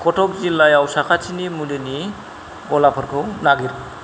कटक जिल्लायाव साखाथिनि मुलिनि गलाफोरखौ नागिर